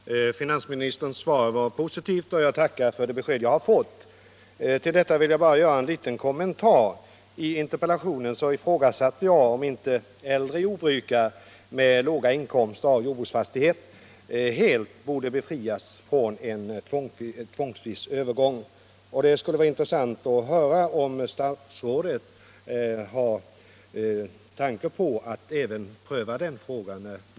Herr talman! Finansministerns svar var positivt och jag tackar för det besked jag har fått. Till detta vill jag bara göra en liten kommentar. I interpellationen ifrågasatte jag om inte äldre jordbrukare med låga inkomster av jordbruksfastighet helt borde befrias från en tvångsvis övergång. Det skulle vara intressant att höra om statsrådet har någon tanke på att även pröva den frågan.